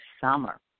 summer